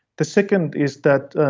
the second is that